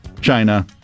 China